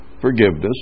forgiveness